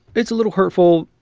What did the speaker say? it's a little hurtful,